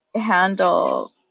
handle